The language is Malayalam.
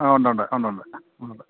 ആ ഉണ്ട് ഉണ്ട് ഉണ്ട് ഉണ്ട് ഉണ്ട്